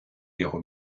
його